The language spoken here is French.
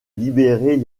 libérer